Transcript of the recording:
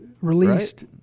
released